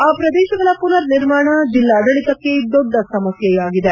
ಆ ಪ್ರದೇಶಗಳ ಮನರ್ ನಿರ್ಮಾಣ ಜಿಲ್ಲಾಡಳಿತಕ್ಕೆ ದೊಡ್ಡ ಸಮಸ್ಕೆಯಾಗಿದೆ